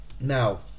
now